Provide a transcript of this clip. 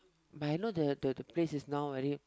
but I know the the the place is now very